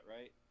right